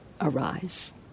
arise